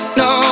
no